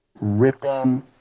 ripping –